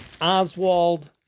Oswald